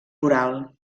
oral